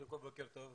בוקר טוב.